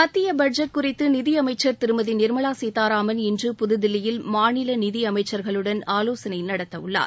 மத்திய பட்ஜெட் குறித்து மத்திய நிதி அமைச்சர் திருமதி நிர்மலா சீதாராமன் இன்று புதுதில்லியில் மாநில நிதி அமைச்சர்களுடன் ஆலோசனை நடத்த உள்ளார்